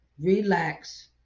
relax